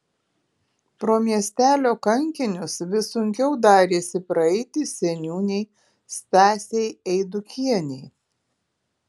pro miestelio kankinius vis sunkiau darėsi praeiti seniūnei stasei eidukienei